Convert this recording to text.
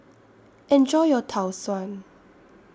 Enjoy your Tau Suan